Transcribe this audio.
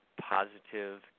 Positive